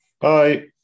Bye